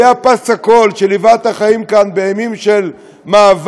היו פס הקול שליווה את החיים כאן בימים של מאבק,